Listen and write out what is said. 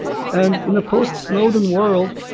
and in a post-snowden world,